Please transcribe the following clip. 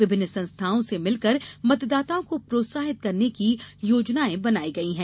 विभिन्न संस्थाओं से मिलकर मतदाताओं को प्रोत्साहित करने की योजनाएं बनाई गई है